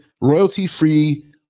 royalty-free